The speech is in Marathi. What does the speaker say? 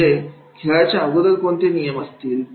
म्हणजे खेळाच्या अगोदर कोणते नियम असतील